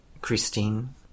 Christine